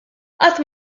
qatt